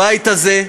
הבית הזה,